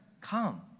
come